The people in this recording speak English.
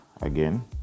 again